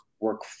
work